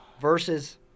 versus